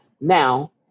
now